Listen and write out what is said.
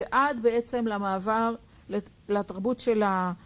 ועד בעצם למעבר לתרבות של ה...